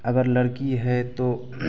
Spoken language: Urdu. اگر لڑکی ہے تو